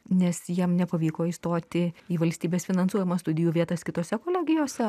nes jiem nepavyko įstoti į valstybės finansuojamas studijų vietas kitose kolegijose